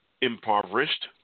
impoverished